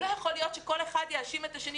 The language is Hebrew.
לא יכול להיות שכל אחד יאשים את השני,